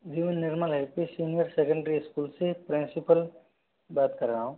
जी मैं Nirmal L P senior secondary school से principal बात कर रहा हूँ